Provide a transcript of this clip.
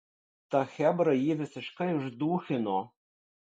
ta chebra jį visiškai uždūchino